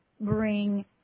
bring